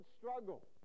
struggle